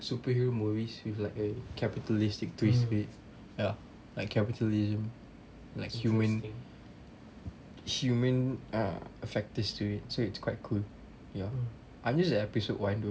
superhero movies with like a capitalistic twist with ya like capitalism like human human ah affectist to it so it's quite cool ya I'm just at episode one though